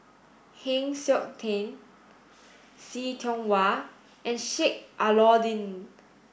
Heng Siok Tian See Tiong Wah and Sheik Alau'ddin